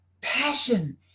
passion